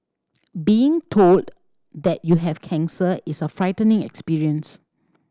being told that you have cancer is a frightening experience